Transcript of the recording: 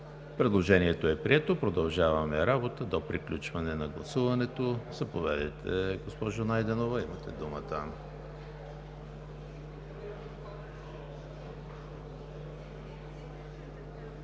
Предложението е прието. Продължаваме работа до приключване на гласуването. Заповядайте, госпожо Найденова – имате думата.